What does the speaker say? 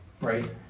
right